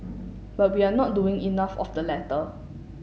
but we are not doing enough of the latter